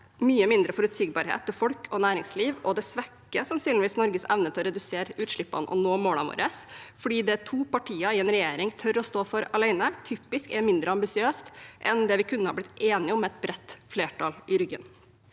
mye mindre forutsigbarhet til folk og næringsliv, og det svekker sannsynligvis Norges evne til å redusere utslippene og nå målene våre, fordi det to partier i en regjering tør å stå for alene, typisk er mindre ambisiøst enn det vi kunne ha blitt enige om med et bredt flertall i ryggen.